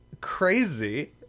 crazy